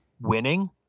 winning